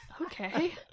Okay